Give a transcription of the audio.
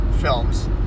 films